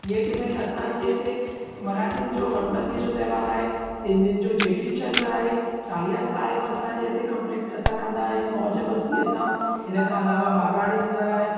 जीअं की भई असांजे हिते मराठीयुनि जो गणपतिय जो त्योहार आहे सिंधियुनि जो चेटीचंड आहे चालीहो साहिबु असांजे हिते कंप्लीट असां कंदा आहियूं मौज मस्तीअ सां हिन खां अलावा मारवाड़ियुनि जा आहे